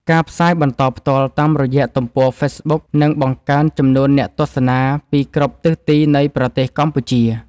ការផ្សាយបន្តផ្ទាល់តាមរយៈទំព័រហ្វេសប៊ុកនឹងបង្កើនចំនួនអ្នកទស្សនាពីគ្រប់ទិសទីនៃប្រទេសកម្ពុជា។